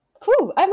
cool